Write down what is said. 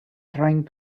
trying